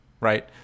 right